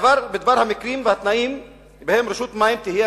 בדבר המקרים והתנאים שבהם רשות מים תהיה